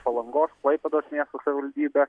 palangos klaipėdos miesto savivaldybe